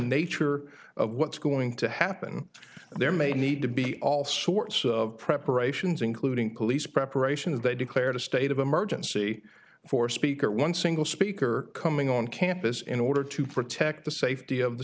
nature of what's going to happen there may need to be all sorts of preparations including police preparations they declared a state of emergency for speaker one single speaker coming on campus in order to protect the safety of the